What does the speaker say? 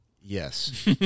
Yes